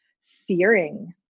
fearing